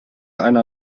einer